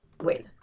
Wait